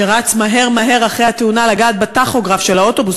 שרץ מהר מהר אחרי התאונה לגעת בטכוגרף של האוטובוס,